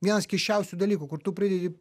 vienas keisčiausių dalykų kur tu pridedi